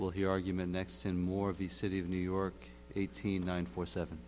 will hear argument next and more of the city of new york eighteen nine four seven